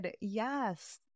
Yes